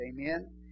Amen